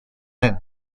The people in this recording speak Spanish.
men